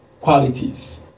qualities